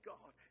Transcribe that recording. God